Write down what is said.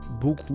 beaucoup